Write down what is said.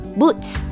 boots